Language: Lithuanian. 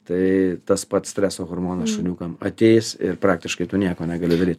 tai tas pats streso hormonas šuniukam ateis ir praktiškai tu nieko negali daryt